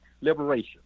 Liberation